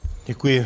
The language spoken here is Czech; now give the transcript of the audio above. Děkuji.